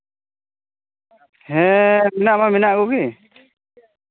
ᱦᱮᱸ ᱢᱮᱱᱟᱜ ᱢᱟ ᱢᱮᱱᱟᱜ ᱠᱚᱜᱮ